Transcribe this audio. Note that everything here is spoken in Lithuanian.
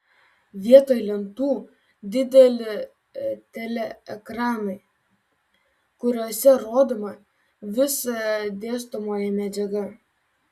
vietoj lentų dideli teleekranai kuriuose rodoma visa dėstomoji medžiaga